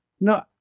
No